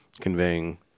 conveying